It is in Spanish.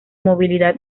movilidad